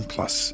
Plus